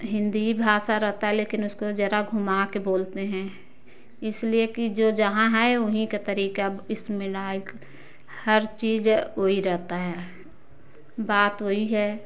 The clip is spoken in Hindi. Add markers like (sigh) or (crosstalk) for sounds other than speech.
हिंदी भाषा रहता है लेकिन उसको जरा घुमा के बोलते हैं इसलिए कि जो जहाँ है वहीं का तरीका (unintelligible) हर चीज वही रहता है बात वही है